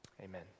Amen